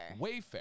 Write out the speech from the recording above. Wayfair